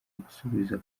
gusubiza